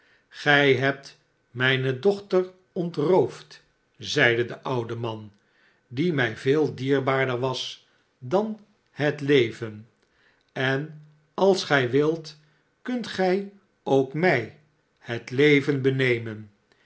gij hebt mij mijne dochter ontroofd zeide de oude man die mij veel dierbaarder was dan het leven en als gij wilt kunt gij ook mij het leven benemen